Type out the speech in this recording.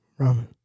ramen